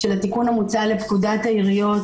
התיקון המוצע לפקודת העיריות